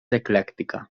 eclèctica